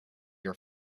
your